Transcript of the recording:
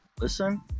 listen